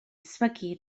ysmygu